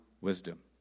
wisdom